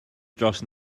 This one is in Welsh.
dros